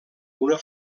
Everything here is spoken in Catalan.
una